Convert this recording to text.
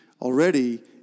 already